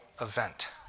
event